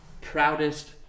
proudest